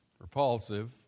repulsive